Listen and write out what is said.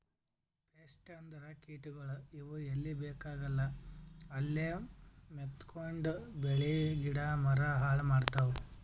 pest ಅಂದ್ರ ಕೀಟಗೋಳ್, ಇವ್ ಎಲ್ಲಿ ಬೇಕಾಗಲ್ಲ ಅಲ್ಲೇ ಮೆತ್ಕೊಂಡು ಬೆಳಿ ಗಿಡ ಮರ ಹಾಳ್ ಮಾಡ್ತಾವ್